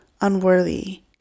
unworthy